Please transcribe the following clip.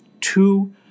two